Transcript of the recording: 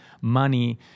money